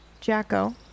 Jacko